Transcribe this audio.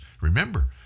Remember